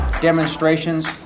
demonstrations